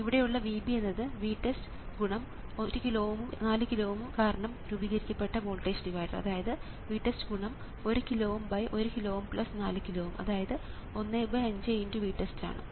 ഇവിടെയുള്ള VB എന്നത് VTEST × 1 kilo Ω ഉം 4 കിലോ Ω ഉം കാരണം രൂപീകരിക്കപ്പെട്ട വോൾട്ടേജ് ഡിവൈഡർ അതായത് VTEST × 1 കിലോ Ω 1 കിലോ Ω 4 കിലോ Ω അതായത് 15 × VTEST ആണ്